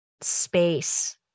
space